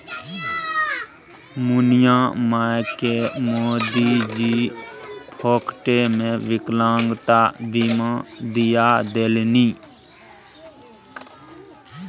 मुनिया मायकेँ मोदीजी फोकटेमे विकलांगता बीमा दिआ देलनि